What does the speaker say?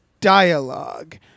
dialogue